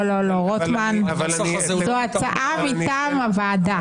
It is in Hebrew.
לא, זו הצעה מטעם הוועדה.